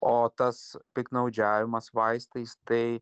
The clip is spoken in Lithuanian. o tas piktnaudžiavimas vaistais tai